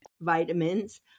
Vitamins